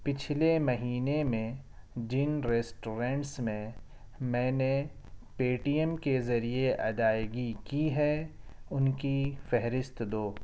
پچھلے مہینے میں جن ریسٹورنٹس میں میں نے پے ٹی ایم کے ذریعے ادائیگی کی ہے ان کی فہرست دو